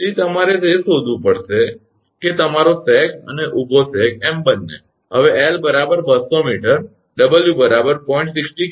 તેથી તમારે તે શોધવું પડશે કે તમારો સેગ અને ઊભો સેગ એમ બંને હવે 𝐿 200 𝑚 𝑊 0